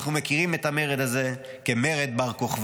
אנחנו מכירים את המרד הזה כמרד בר-כוכבא.